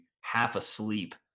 half-asleep